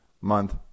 month